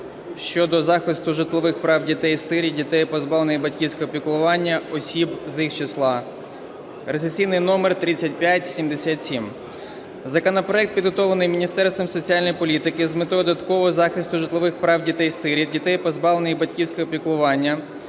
щодо захисту житлових прав дітей-сиріт та дітей, позбавлених батьківського піклування, осіб з їх числа (реєстраційний номер 3577). Законопроект підготовлений Міністерством соціальної політики з метою додаткового захисту житлових прав дітей-сиріт, дітей, позбавлених батьківського піклування,